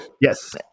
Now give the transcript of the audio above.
yes